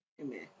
Amen